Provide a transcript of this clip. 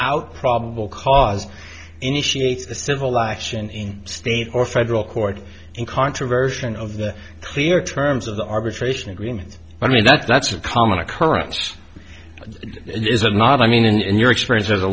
out probable cause initiate a civil life in state or federal court and controversial and of the clear terms of the arbitration agreement i mean that's that's a common occurrence is it not i mean in your experience as a